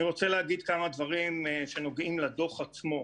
אני רוצה להגיד כמה דברים שנוגעים לדוח עצמו.